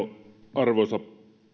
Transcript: arvoisa